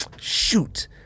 shoot